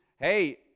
hey